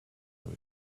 will